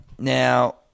Now